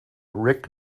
rick